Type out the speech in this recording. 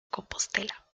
compostela